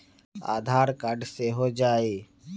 आधार card से हो जाइ?